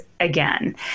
again